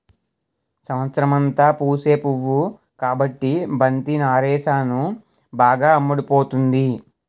సంవత్సరమంతా పూసే పువ్వు కాబట్టి బంతి నారేసాను బాగా అమ్ముడుపోతుంది